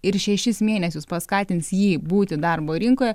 ir šešis mėnesius paskatins jį būti darbo rinkoje